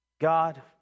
God